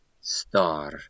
Star